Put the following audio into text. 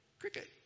Cricket